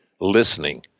Listening